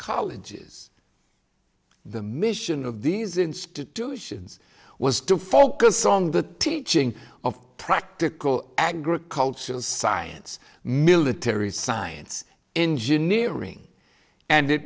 colleges the mission of these institutions was to focus on the teaching of practical agricultural science military science engineering and it